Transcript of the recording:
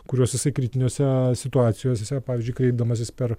kuriuos jisai kritinėse situacijose jis yra pavyzdžiui kreipdamasis per